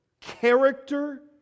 character